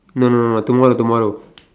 no no no no tomorrow tomorrow